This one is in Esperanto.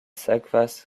sekvas